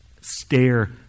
stare